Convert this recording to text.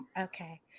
okay